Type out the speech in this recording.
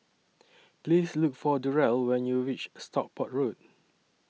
Please Look For Durell when YOU REACH Stockport Road